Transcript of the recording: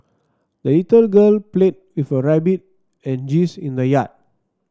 the little girl played with her rabbit and geese in the yard